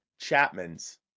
Chapman's